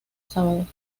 sábados